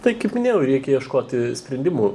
tai kaip minėjau reikia ieškoti sprendimų